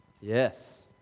Yes